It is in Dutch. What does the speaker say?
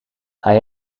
hij